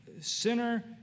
sinner